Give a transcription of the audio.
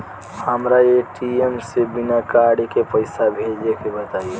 हमरा ए.टी.एम से बिना कार्ड के पईसा भेजे के बताई?